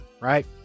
right